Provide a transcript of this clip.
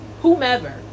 whomever